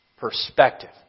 perspective